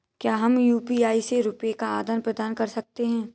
क्या हम यू.पी.आई से रुपये का आदान प्रदान कर सकते हैं?